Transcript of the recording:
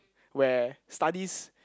where studies